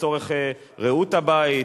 לצורך ריהוט הבית,